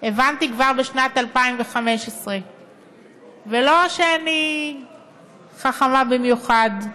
הבנתי כבר בשנת 2015. ולא שאני חכמה במיוחד,